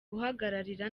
guhagararira